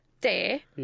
day